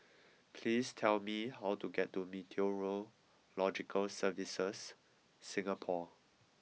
please tell me how to get to Meteorological Services Singapore